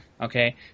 okay